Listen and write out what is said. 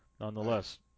Nonetheless